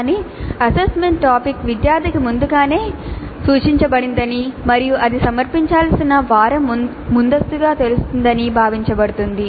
కానీ assignment topic విద్యార్థికి ముందుగానే ముందుగానే సూచించబడిందని మరియు అది సమర్పించాల్సిన వారం ముందస్తుగా తెలుస్తుందని భావించబడుతుంది